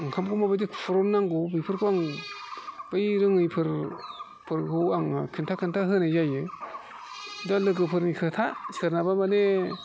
ओंखामखौ माबायदि खुरननांगौ बेफोरखौ आं बै रोङिफोरखौ आं खिन्था खिन्था होनाय जायो दा लोगोफोरनि खोथा सोरनाबा माने